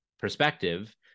perspective